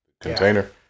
container